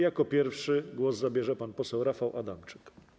Jako pierwszy głos zabierze pan poseł Rafał Adamczyk.